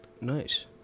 Nice